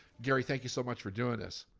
gary, thank you so much for doing this.